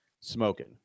Smoking